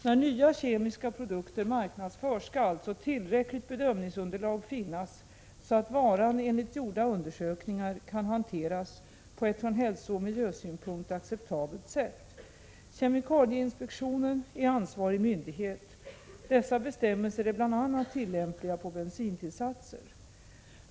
När nya kemiska produkter marknadsförs skall alltså tillräckligt bedömningsunderlag finnas, så att varan enligt gjorda undersökningar kan hanteras på ett från hälsooch miljösynpunkt acceptabelt sätt. Kemikalieinspektionen är ansvarig myndighet. Dessa bestämmelser är bl.a. tillämpliga på bensintillsatser.